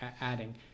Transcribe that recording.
adding